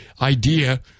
idea